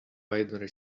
binary